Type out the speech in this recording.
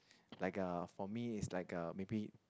like uh for me is like uh maybe